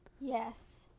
Yes